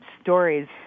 stories